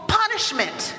punishment